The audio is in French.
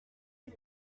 des